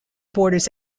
borders